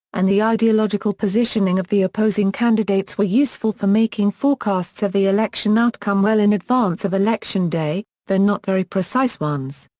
and the ideological positioning of the opposing candidates were useful for making forecasts of the election outcome well in advance of election day, though not very precise ones.